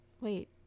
Wait